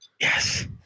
Yes